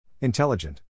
Intelligent